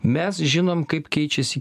mes žinom kaip keičiasi